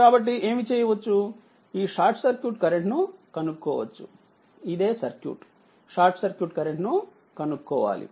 కాబట్టి ఏమిచేయవచ్చు ఈ షార్ట్ సర్క్యూట్ కరెంట్నుకనుక్కోవచ్చు ఇదే సర్క్యూట్ షార్ట్ సర్క్యూట్ కరెంట్ను కనుక్కోవాలి